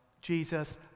Jesus